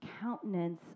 countenance